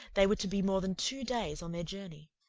they were to be more than two days on their journey,